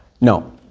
No